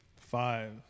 Five